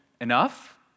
enough